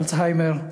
אלצהיימר,